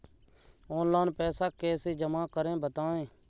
Online पैसा कैसे जमा करें बताएँ?